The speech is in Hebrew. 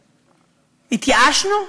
התייאשנו?